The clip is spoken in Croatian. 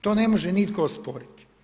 To ne može nitko osporiti.